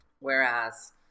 Whereas